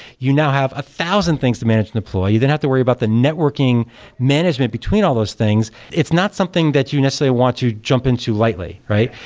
you now have a thousand things to manage to deploy. you don't have to worry about the networking management between all those things it's not something that you necessarily want to jump into lightly, right?